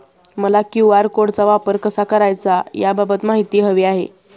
मला क्यू.आर कोडचा वापर कसा करायचा याबाबत माहिती हवी आहे